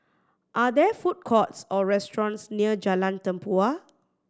are there food courts or restaurants near Jalan Tempua